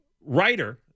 writer